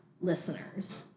listeners